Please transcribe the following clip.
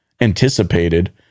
anticipated